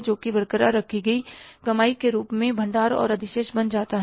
जो कि बरकरार रखी गई कमाई के रूप में भंडार और अधिशेष बन जाता है